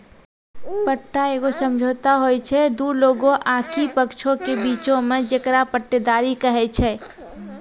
पट्टा एगो समझौता होय छै दु लोगो आकि पक्षों के बीचो मे जेकरा पट्टेदारी कही छै